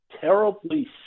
terribly